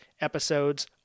episodes